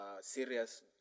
serious